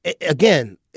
again